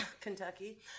Kentucky